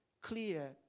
clear